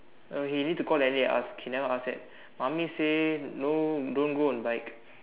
oh he need to call daddy and ask okay never ask that mummy say no don't go on bike